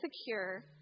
secure